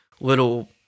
little